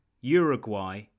Uruguay